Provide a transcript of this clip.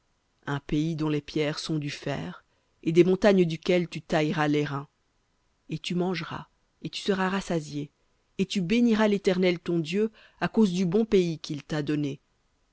un pays dont les pierres sont du fer et des montagnes duquel tu tailleras lairain et tu mangeras et tu seras rassasié et tu béniras l'éternel ton dieu à cause du bon pays qu'il t'a donné